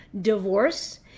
divorce